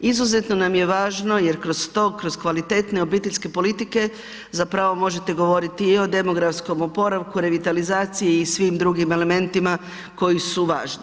Izuzetno nam je važno jer kroz to, kroz kvalitetne obiteljske politike zapravo možete govoriti i o demografskom oporavku, revitalizaciji i svim drugim elementima koji su važni.